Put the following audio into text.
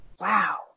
wow